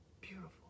beautiful